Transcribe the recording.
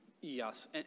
Yes